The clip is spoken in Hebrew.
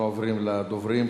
אנחנו עוברים לדוברים.